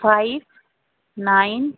five nine